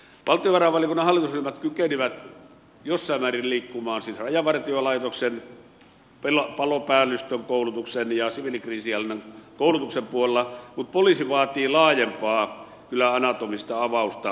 valtiovarainvaliokunnan hallitusryhmät kykenivät jossain määrin liikkumaan siis rajavartiolaitoksen palopäällystön koulutuksen ja siviilikriisinhallinnan koulutuksen puolella mutta poliisi vaatii kyllä laajempaa anatomista avausta